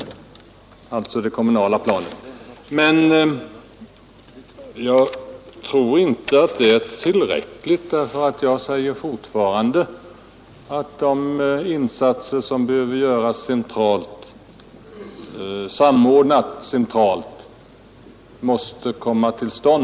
Jag tror dock att inte heller detta är tillräckligt. Jag säger fortfarande att insatser behöver göras samordnat centralt.